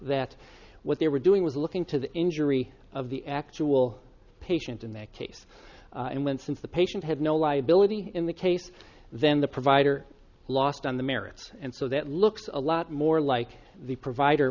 that what they were doing was looking to the injury of the actual patients in that case and when since the patient had no liability in the case then the provider lost on the merits and so that looks a lot more like the provider